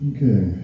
Okay